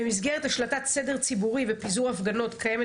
במסגרת השלטת סדר ציבורי ופיזור הפגנות קיימת